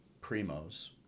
Primos